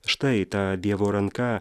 štai ta dievo ranka